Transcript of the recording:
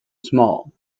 small